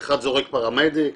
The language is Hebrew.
אחד זורק "פרמדיק",